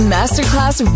Masterclass